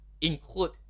include